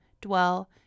dwell